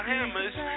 Hammers